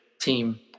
team